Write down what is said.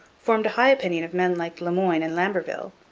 formed a high opinion of men like le moyne and lamberville,